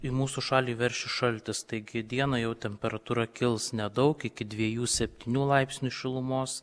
į mūsų šalį veršis šaltis taigi dieną jau temperatūra kils nedaug iki dviejų septynių laipsnių šilumos